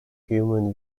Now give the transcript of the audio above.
human